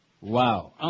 Wow